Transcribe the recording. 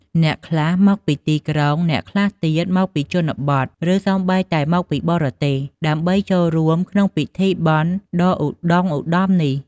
អ្នកខ្លះមកពីទីក្រុង អ្នកខ្លះទៀតមកពីជនបទ ឬសូម្បីតែមកពីបរទេស ដើម្បីចូលរួមក្នុងពិធីបុណ្យដ៏ឧត្ដុង្គឧត្ដមនេះ។